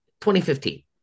2015